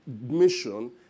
mission